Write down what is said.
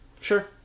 Sure